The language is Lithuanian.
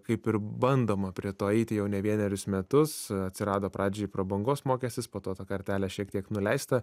kaip ir bandoma prie to eiti jau ne vienerius metus atsirado pradžiai prabangos mokestis po to ta kartelė šiek tiek nuleista